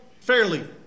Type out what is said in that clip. fairly